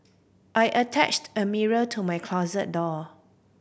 I attached a mirror to my closet door